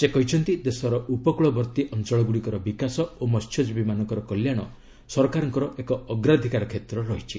ସେ କହିଛନ୍ତି ଦେଶର ଉପକୂଳବର୍ତ୍ତୀ ଅଞ୍ଚଳଗୁଡ଼ିକର ବିକାଶ ଓ ମସ୍ୟଜୀବୀମାନଙ୍କର କଲ୍ୟାଣ ସରକାରଙ୍କର ଏକ ଅଗ୍ରାଧିକାର କ୍ଷେତ୍ର ରହିଛି